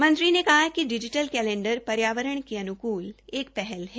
मंत्री ने कहा कि डिजीटल पर्यावरण के अनुकल एक पहल है